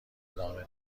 ادامه